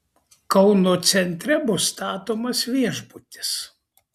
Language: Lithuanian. kauno centre bus statomas viešbutis